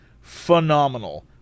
Phenomenal